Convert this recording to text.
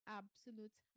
absolute